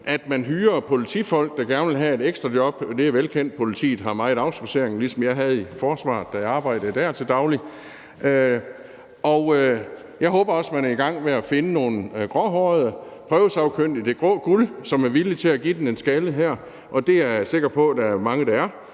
at man hyrer politifolk, der gerne vil have et ekstra job – det er velkendt, at politiet har meget afspadsering, ligesom jeg havde det i forsvaret, da jeg arbejdede der til daglig. Jeg håber også, at man er i gang med at finde nogle gråhårede prøvesagkyndige, det grå guld, som er villige til at give den en skalle her, og det er jeg sikker på der er mange der er.